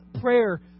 prayer